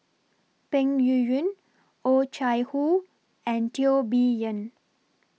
Peng Yuyun Oh Chai Hoo and Teo Bee Yen